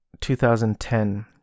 2010